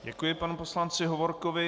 Děkuji panu poslanci Hovorkovi.